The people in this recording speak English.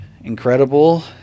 incredible